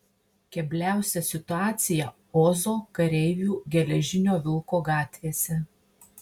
kebliausia situacija ozo kareivių geležinio vilko gatvėse